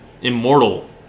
immortal